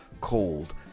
called